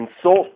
insult